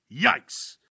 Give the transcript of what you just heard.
yikes